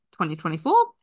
2024